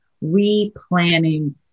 re-planning